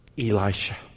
Elisha